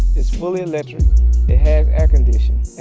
it's fully electric. it has air conditioning,